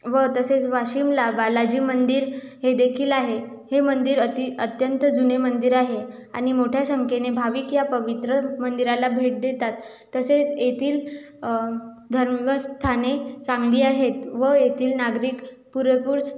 व तसेच वाशिमला बालाजी मंदिर हेदेखील आहे हे मंदिर अति अत्यंत जुने मंदिर आहे आणि मोठ्या संख्येने भाविक या पवित्र मंदिराला भेट देतात तसेच येथील धर्मस्थाने चांगली आहेत व येथील नागरिक पुरेपूर